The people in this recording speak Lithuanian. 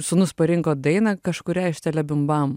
sūnus parinko dainą kažkurią iš tele bim bam